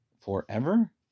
forever